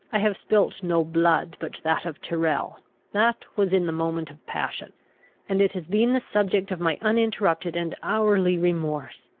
i have spilt no blood but that of tyrrel that was in the moment of passion and it has been the subject of my uninterrupted and hourly remorse.